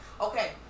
okay